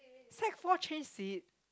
sec-four change seat